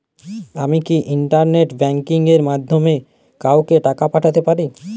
আমি কি internet banking এর মাধ্যমে কাওকে টাকা পাঠাতে পারি?